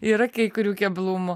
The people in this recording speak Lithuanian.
yra kai kurių keblumų